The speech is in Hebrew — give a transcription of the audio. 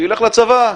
שיילך לצבא.